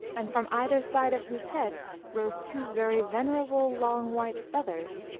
and from either side of whose head rose two very venerable, long white feathers,